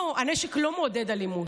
לא, הנשק לא מעודד אלימות,